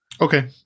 Okay